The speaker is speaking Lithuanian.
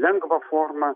lengvą formą